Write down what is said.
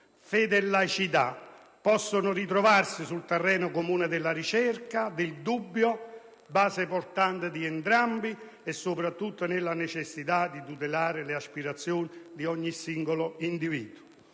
Fede e laicità possono ritrovarsi sul terreno comune della ricerca, del dubbio, base portante di entrambi e, soprattutto, nella necessità di tutelare le aspirazioni di ogni singolo individuo.